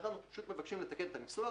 אנחנו פשוט מבקשים לתקן את הניסוח